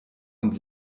und